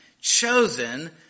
chosen